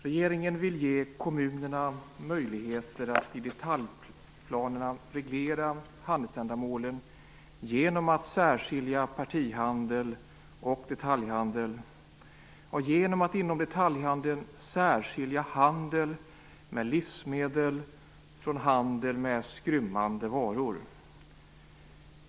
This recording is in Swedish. Regeringen vill ge kommunerna möjligheter att i detaljplanerna kunna reglera handelsändamålen genom att särskilja partihandel från detaljhandel och genom att inom detaljhandeln särskilja handel med livsmedel från handel med skrymmande varor.